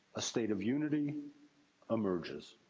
a state of unity emerges.